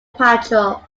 patrol